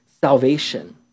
salvation